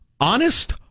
Honest